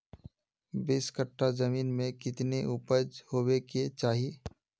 बीस कट्ठा जमीन में कितने उपज होबे के चाहिए?